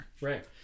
Right